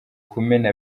kumena